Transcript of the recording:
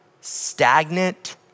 stagnant